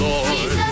Lord